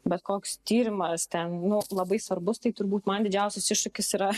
bet koks tyrimas ten nu labai svarbus tai turbūt man didžiausias iššūkis yra